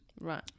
Right